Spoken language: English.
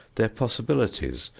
their possibilities,